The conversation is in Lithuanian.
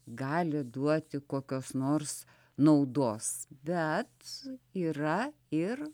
gali duoti kokios nors naudos bet yra ir